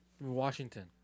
Washington